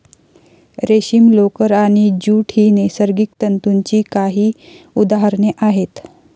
रेशीम, लोकर आणि ज्यूट ही नैसर्गिक तंतूंची काही उदाहरणे आहेत